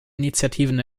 initiativen